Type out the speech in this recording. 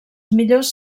millors